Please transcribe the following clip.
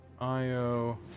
Io